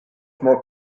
more